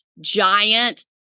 giant